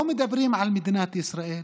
לא מדברים על מדינת ישראל,